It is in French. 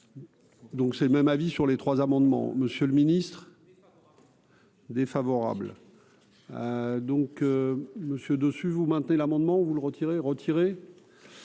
Donc c'est même avis sur les trois amendements, Monsieur le Ministre. Défavorable, donc Monsieur dessus, vous mentez l'amendement ou le retirez retirez